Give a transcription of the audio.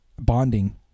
bonding